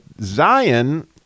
Zion